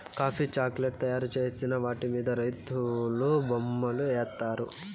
coffee chocolate తయారు చేసిన వాటి మీద రైతులు బొమ్మలు ఏత్తారు